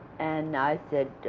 and i said,